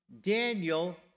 Daniel